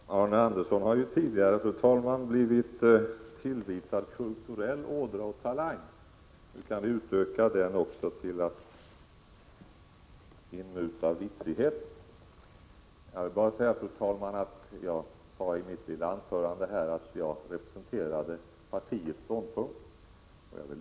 Fru talman! Arne Andersson i Ljung har ju tidigare blivit tillvitad kulturell ådra och talang. Nu kan vi utöka detta till inmutad vitsighet. I mitt lilla anförande här sade jag att jag representerade partiets ståndpunkt.